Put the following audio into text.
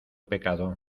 pecado